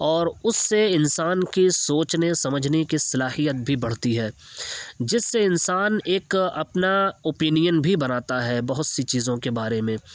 اور اس سے انسان کی سوچنے سمجھنے کی صلاحیت بھی بڑھتی ہے جس سے انسان ایک اپنا اوپینین بھی بناتا ہے بہت سی چیزوں کے بارے میں